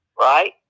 right